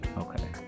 Okay